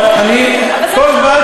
לא, לא שמעת מה שאמרתי.